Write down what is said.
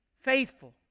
faithful